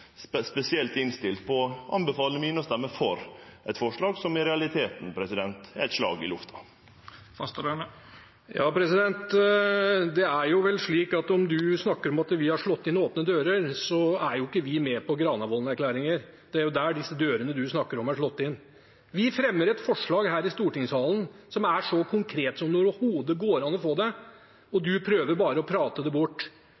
ikkje spesielt innstilt på å anbefale mine til å stemme for eit forslag som i realiteten er eit slag i lufta. Det er vel slik at om du snakker om at vi har slått inn åpne dører, så er ikke vi med på Granavolden-erklæringen. Det er der disse dørene du snakker om, er slått inn. Vi fremmer et forslag her i stortingssalen som er så konkret som det overhodet går an å få det, og du prøver bare å prate det bort.